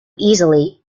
easily